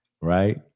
right